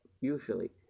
Usually